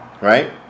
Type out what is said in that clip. right